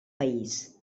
país